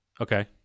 Okay